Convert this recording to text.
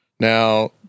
Now